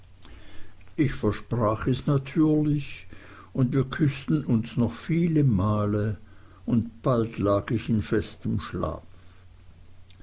ich versprach es natürlich und wir küßten uns noch viele male und bald lag ich in festem schlaf